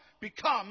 become